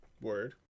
Word